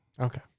Okay